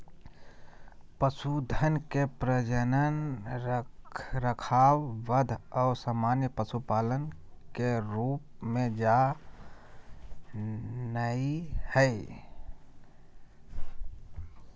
पशुधन के प्रजनन, रखरखाव, वध और सामान्य पशुपालन के रूप में जा नयय हइ